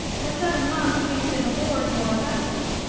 for seven months we've been aboard your vessel,